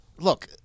Look